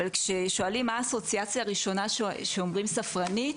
אבל כששואלים מה האסוציאציה הראשונה כשאומרים "ספרנית",